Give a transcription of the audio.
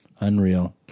Unreal